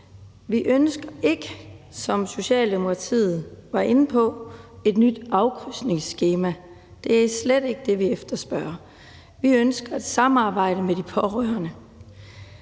Vi ønsker ikke, som Socialdemokratiet var inde på, et nyt afkrydsningsskema. Det er slet ikke det, vi efterspørger. Vi ønsker et samarbejde med de pårørende.